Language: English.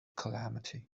calamity